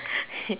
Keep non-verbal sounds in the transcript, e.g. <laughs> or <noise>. <laughs>